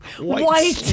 White